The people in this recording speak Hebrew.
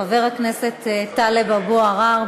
חבר הכנסת טלב אבו עראר,